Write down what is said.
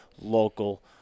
local